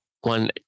one